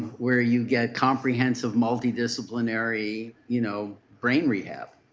where you get comprehensive multidisciplinary you know brain rehab.